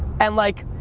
and like,